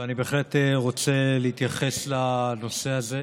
ואני בהחלט רוצה להתייחס לנושא הזה.